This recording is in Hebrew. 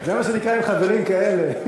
זה מה שנקרא "עם חברים כאלה"